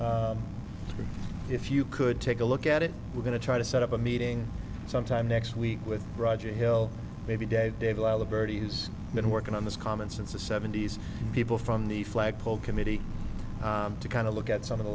but if you could take a look at it we're going to try to set up a meeting sometime next week with roger hill maybe dave dave laila bertie who's been working on this comment since the seventy's people from the flagpole committee to kind of look at some of the